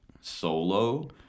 solo